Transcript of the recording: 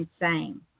insane